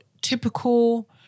typical